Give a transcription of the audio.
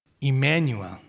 Emmanuel